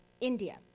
India